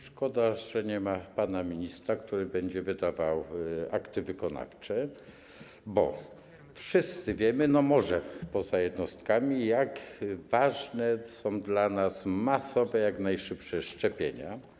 Szkoda, że nie ma pana ministra, który będzie wydawał akty wykonawcze, bo wszyscy wiemy, może poza jednostkami, jak ważne są dla nas masowe jak najszybsze szczepienia.